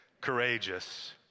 courageous